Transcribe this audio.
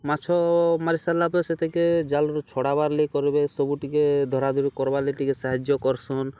ମାଛ ମାରି ସାର୍ଲା ପରେ ସେତାକେ ଜାଲରୁ ଛଡ଼ାବାର୍ ଲାଗି କର୍ବାର୍ ସବୁ ଟିକେ ଧରାଧରି କର୍ବାର୍ ଲାଗି ଟିକେ ସାହାଯ୍ୟ କର୍ସନ୍